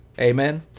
Amen